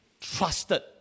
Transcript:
trusted